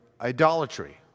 idolatry